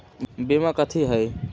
बीमा कथी है?